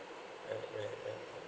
right right right